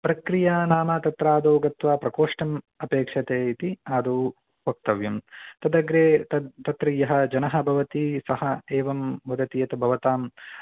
प्रक्रिया नाम तत्र आदौ गत्वा प्रकोष्ठम् अपेक्षते इति आदौ वक्तव्यं तदग्रे तत् तत्र यः जनः भवति सः एवं वदति यत् भवताम्